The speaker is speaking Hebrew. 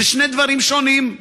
אלה שני דברים שונים.